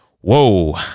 whoa